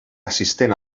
assistent